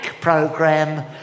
program